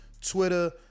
Twitter